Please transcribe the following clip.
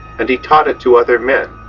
and he taught it to other men.